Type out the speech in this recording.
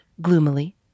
gloomily